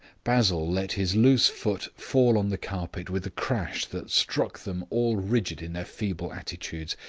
basil let his loose foot fall on the carpet with a crash that struck them all rigid in their feeble attitudes.